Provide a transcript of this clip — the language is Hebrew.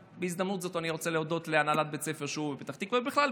בהזדמנות זו אני רוצה להודות להנהלת בית ספר שובו בפתח תקווה ובכלל,